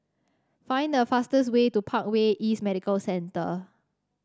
find the fastest way to Parkway East Medical Centre